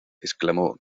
exclamó